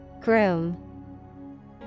Groom